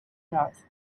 north